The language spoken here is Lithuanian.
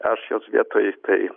aš jos vietoj tai